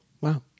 Wow